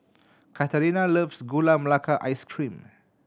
Katharina loves Gula Melaka Ice Cream